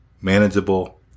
manageable